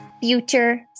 future